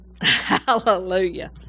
Hallelujah